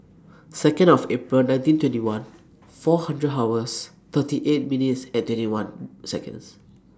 Second of April nineteen twenty one four hundred hours thirty eight minutes and twenty one Seconds